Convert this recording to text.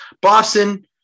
Boston